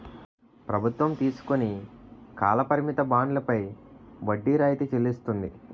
ప్రభుత్వం తీసుకుని కాల పరిమిత బండ్లపై వడ్డీ రాయితీ చెల్లిస్తుంది